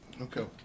Okay